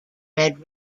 red